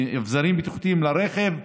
אביזרים בטיחותיים לרכב,